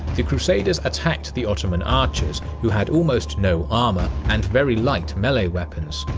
the crusaders attacked the ottoman archers who had almost no armor and very light melee weapons.